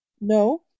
No